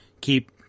keep